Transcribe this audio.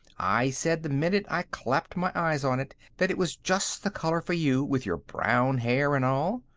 i said the minute i clapped my eyes on it that it was just the color for you, with your brown hair and all.